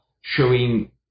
showing